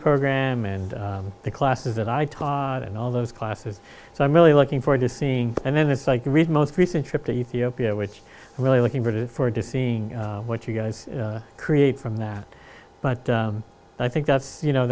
program and the classes that i taught in all those classes so i'm really looking forward to seeing and then it's like read most recent trip to ethiopia which are really looking forward to seeing what you guys create from that but i think that's you know